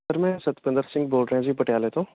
sir ਮੈਂ ਸਤਪਿੰਦਰ ਸਿੰਘ ਬੋਲ ਰਿਹਾ ਜੀ ਪਟਿਆਲੇ ਤੋਂ